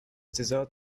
dessert